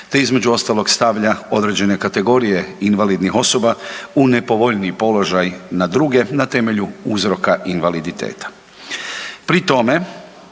te između ostalog stavlja određene kategorije invalidnih osoba u nepovoljniji položaj na druge na temelju uzroka invaliditeta. Pri tome